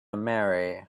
marry